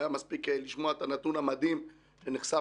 היה מספיק לשמוע את הנתון המדהים שנחשף